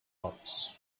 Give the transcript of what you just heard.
models